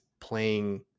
playing